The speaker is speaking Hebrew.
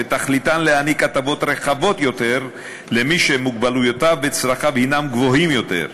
שתכליתן להעניק הטבות רחבות יותר למי שמוגבלויותיו וצרכיו גבוהים יותר.